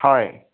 হয়